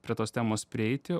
prie tos temos prieiti